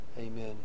Amen